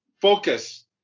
focus